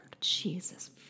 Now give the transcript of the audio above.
Jesus